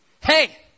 Hey